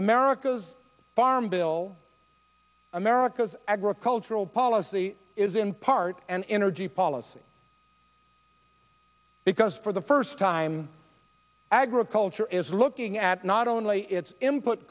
americas farm bill america's agricultural policy is in part an energy policy because for the first time agriculture is looking at not only its him put